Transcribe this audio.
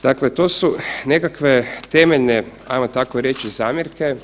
Dakle, to su nekakve temeljne, hajmo tako reći, zamjerke.